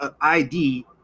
ID